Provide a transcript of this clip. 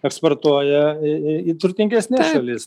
eksportuoja į į į turtingesnes šalis